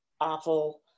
awful